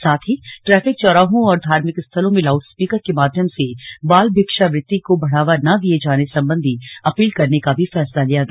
साथ ही ट्रैफिक चौराहों और धार्मिक स्थलों में लाउडस्पीकर के माध्यम से बाल भिक्षावृत्ति को बढ़ावा ना दिये जाने सम्बन्धी अपील करने का भी फैसला लिया गया